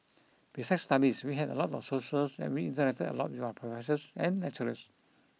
besides studies we had a lot of socials and we interacted a lot with our professors and lecturers